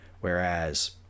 Whereas